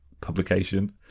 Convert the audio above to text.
publication